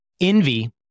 Envy